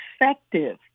effective